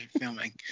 filming